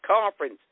conference